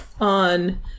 on